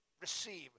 receive